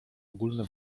ogólne